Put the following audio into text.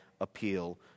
appeal